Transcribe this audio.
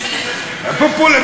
פופוליסטי?